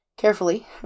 Carefully